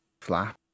flap